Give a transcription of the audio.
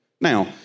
Now